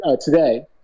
today